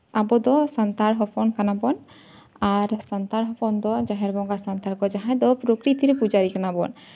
ᱟᱵᱚ ᱫᱚ ᱥᱟᱱᱛᱟᱲ ᱦᱚᱯᱚᱱ ᱠᱟᱱᱟ ᱵᱚᱱ ᱟᱨ ᱥᱟᱱᱛᱟᱲ ᱦᱚᱯᱚᱱ ᱫᱚ ᱡᱟᱦᱮᱨ ᱵᱚᱸᱜᱟ ᱥᱟᱱᱛᱟᱲ ᱠᱚ ᱡᱟᱦᱟᱸᱭ ᱫᱚ ᱯᱨᱚᱠᱨᱤᱛᱤ ᱯᱩᱡᱟᱹᱨᱤ ᱠᱟᱱᱟ ᱵᱚᱱ